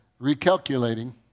recalculating